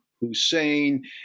Hussein